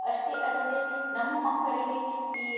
ಅಷ್ಟೇ ಅಲ್ಲದೆ ನಮ್ಮ ಮಕ್ಕಳಿಗೆ ಈ